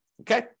okay